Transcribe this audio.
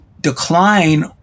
decline